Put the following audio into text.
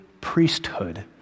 priesthood